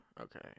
Okay